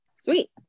Sweet